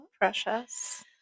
precious